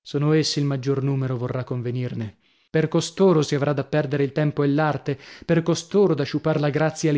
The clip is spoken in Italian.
sono essi il maggior numero vorrà convenirne per costoro si avrà da perdere il tempo e l'arte per costoro da sciupar la grazia